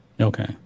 Okay